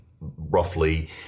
roughly